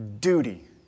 duty